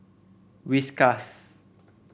Whiskas